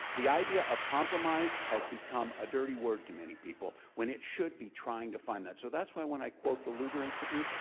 the idea of compromise has become a dirty word to many people, when it should be trying to find that. so that's why when i quote the lugar institute,